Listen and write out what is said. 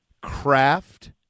craft